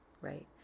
right